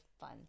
fun